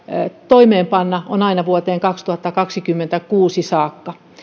toimeenpanna aina vuoteen kaksituhattakaksikymmentäkuusi saakka